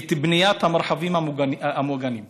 את בניית המרחבים המוגנים.